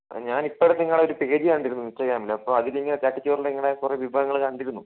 ഞാൻ ഇപ്പം ഇടയ്ക്ക് നിങ്ങളുടെ ഒരു പേജ് കണ്ടിരുന്നു ഇൻസ്റ്റഗ്രാമില് അപ്പോൾ അതിലിങ്ങനെ ചട്ടിച്ചോറില് നിങ്ങളുടെ കുറെ വിഭവങ്ങൾ കണ്ടിരുന്നു